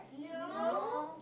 No